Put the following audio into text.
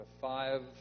five